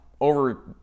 over